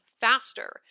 faster